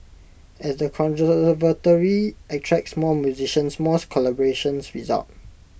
as the attracts more musicians more collaborations result